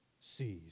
sees